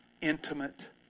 intimate